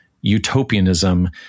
utopianism